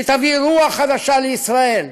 שתביא רוח חדשה לישראל,